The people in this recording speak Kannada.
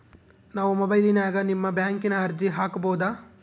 ನಾವು ಮೊಬೈಲಿನ್ಯಾಗ ನಿಮ್ಮ ಬ್ಯಾಂಕಿನ ಅರ್ಜಿ ಹಾಕೊಬಹುದಾ?